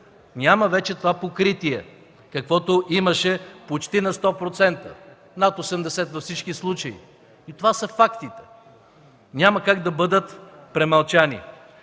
Няма вече това покритие, каквото имаше почти на 100% – над 80 във всички случаи. И това са фактите. Няма как да бъдат премълчани.